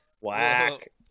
Whack